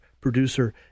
producer